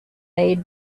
made